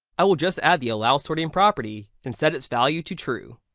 i will just add the allow sorting property and set its value to true.